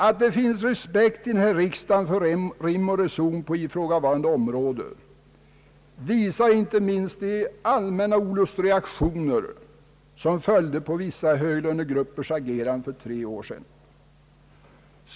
Att det i riksdagen finns respekt för rim och reson på ifrågavarande område visar inte minst de allmänna olustreaktioner, som följde På vissa höglönegruppers agerande för tre år sedan.